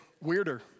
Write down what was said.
weirder